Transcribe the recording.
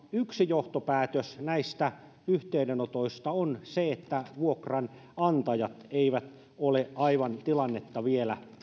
yksi johtopäätös näistä yhteydenotoista on se että vuokranantajat eivät ole aivan tilannetta vielä